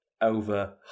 over